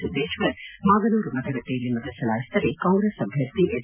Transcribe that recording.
ಸಿದ್ದೇಶ್ವರ್ ಮಾಗನೂರು ಮತಗಟ್ಟೆಯಲ್ಲಿ ಮತ ಚಲಾಯಿಸಿದರೆ ಕಾಂಗ್ರೆಸ್ ಅಭ್ಯರ್ಥಿ ಎಚ್